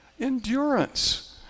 endurance